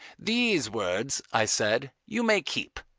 these words, i said, you may keep.